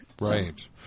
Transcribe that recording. Right